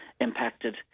impacted